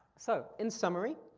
so in summary,